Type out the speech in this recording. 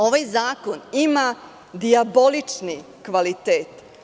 Ovaj zakon ima dijabolični kvalitet.